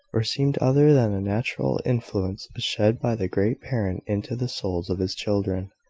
or seemed other than a natural influence shed by the great parent into the souls of his children.